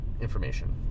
information